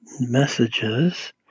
messages